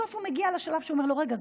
בסוף הוא מגיע לשלב שהוא אומר לו: רגע,